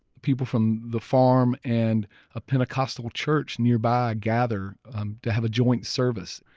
people from the farm and a pentecostal church nearby gather to have a joint service.